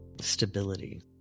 stability